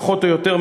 פחות יותר,